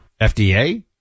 FDA